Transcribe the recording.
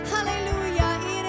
Hallelujah